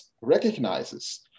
recognizes